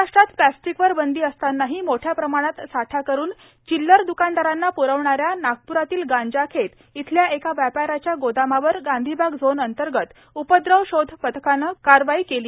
महाराष्ट्रात प्लास्टिकवर बंदी असतानाही मोठ्या प्रमाणात साठा करून चिल्लर दुकानदारांना प्रविणाऱ्या नागप्रातील गांजाखेत येथील एका व्यापाऱ्याच्या गोदामावर गांधीबाग झोनअंतर्गत उपद्रव शोध पथकाने कारवाई केली